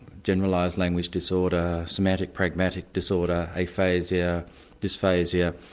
generalised language disorder, semantic pragmatic disorder, aphasia, dysphasia,